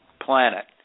planet